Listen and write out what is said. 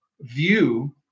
view